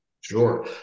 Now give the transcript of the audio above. Sure